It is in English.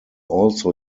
also